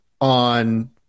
on